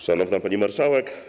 Szanowna Pani Marszałek!